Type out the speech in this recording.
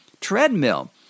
treadmill